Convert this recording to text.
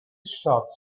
shots